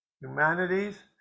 humanities